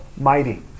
mighty